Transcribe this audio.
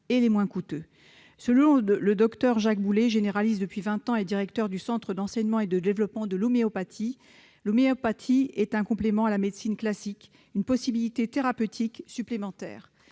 et les moins coûteux. Selon le Dr Jacques Boulet, généraliste depuis vingt ans et directeur du Centre d'enseignement et de développement de l'homéopathie, l'homéopathie est un complément à la médecine classique, une possibilité thérapeutique supplémentaire.